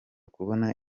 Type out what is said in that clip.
kubona